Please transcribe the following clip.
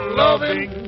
loving